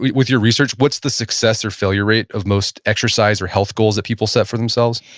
with your research, what's the success or failure rate of most exercise or health goals that people set for themselves?